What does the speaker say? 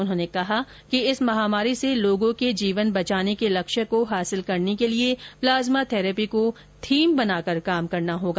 उन्होंने कहा कि इस महामारी से लोगों के जीवन बचाने के लक्ष्य को हासिल करने के लिए प्लाज्मा थैरेपी को थीम बनाकर काम करना होगा